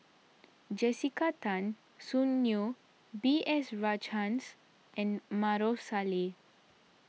Jessica Tan Soon Neo B S Rajhans and Maarof Salleh